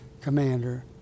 commander